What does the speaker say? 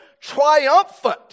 triumphant